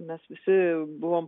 mes visi buvom